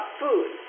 food